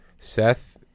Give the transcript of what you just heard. Seth